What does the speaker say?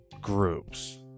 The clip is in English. groups